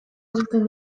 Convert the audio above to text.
egiten